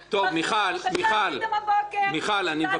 מיכל, אני מבקש.